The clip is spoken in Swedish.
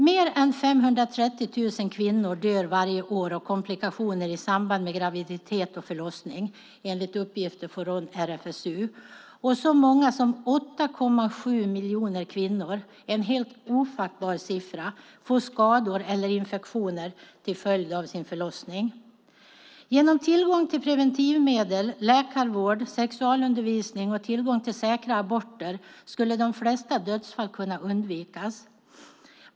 Mer än 530 000 kvinnor dör varje år av komplikationer i samband med graviditet och förlossning enligt uppgifter från RFSU, och så många som 8,7 miljoner kvinnor, en helt ofattbar siffra, får skador eller infektioner till följd av sin förlossning. Genom tillgång till preventivmedel, läkarvård, sexualundervisning och tillgång till säkra aborter skulle de flesta dödsfall kunna undvikas.